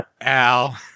Al